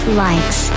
likes